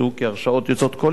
כי הרשאות יוצאות כל יום,